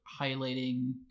highlighting